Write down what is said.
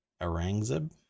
Arangzib